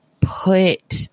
put